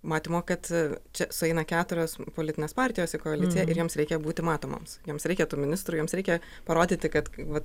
matymo kad čia sueina keturios politinės partijos į koaliciją ir joms reikia būti matomoms joms reikia tų ministrų joms reikia parodyti kad vat